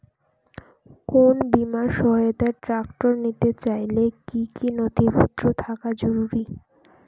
কোন বিমার সহায়তায় ট্রাক্টর নিতে চাইলে কী কী নথিপত্র থাকা জরুরি?